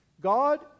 God